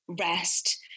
rest